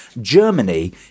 Germany